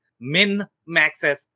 min-maxes